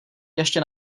ještě